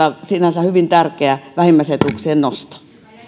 sinänsä hyvin tärkeä vähimmäisetuuksien nosto